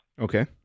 Okay